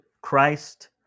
Christ